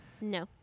No